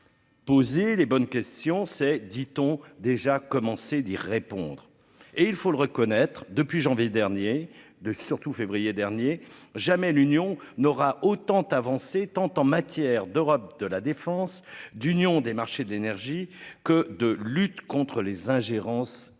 Poser les bonnes questions s'est dit ont déjà commencé d'y répondre et il faut le reconnaître. Depuis janvier dernier de surtout février dernier jamais l'union n'aura 80 avancer tant en matière d'Europe de la défense d'union des marchés de l'énergie que de lutte contre les ingérences étrangères.